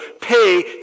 pay